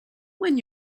when